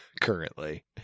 currently